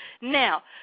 Now